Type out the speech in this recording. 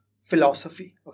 philosophy